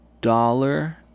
dollar